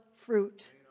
fruit